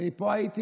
אני הייתי